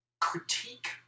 critique